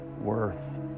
worth